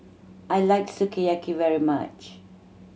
I like Sukiyaki very much